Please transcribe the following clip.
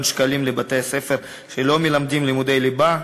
שקלים לבתי-הספר שלא מלמדים לימודי ליבה,